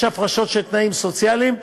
יש הפרשות של תנאים סוציאליים,